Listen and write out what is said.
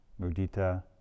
mudita